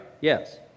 Yes